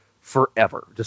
forever